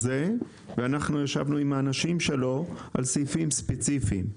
ואנחנו ישבנו עם האנשים שלו על סעיפים ספציפיים.